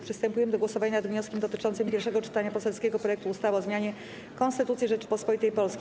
Przystępujemy do głosowania nad wnioskiem dotyczącym pierwszego czytania poselskiego projektu ustawy o zmianie Konstytucji Rzeczypospolitej Polskiej.